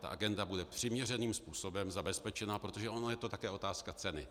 Ta agenda bude přiměřeným způsobem zabezpečena, protože ono je to také otázka ceny.